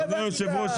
אדוני היושב ראש,